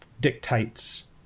dictates